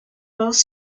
both